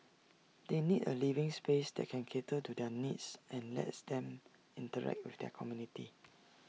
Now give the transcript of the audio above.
they need A living space that can cater to their needs and lets them interact with their community